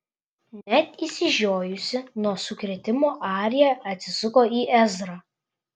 net išsižiojusi nuo sukrėtimo arija atsisuko į ezrą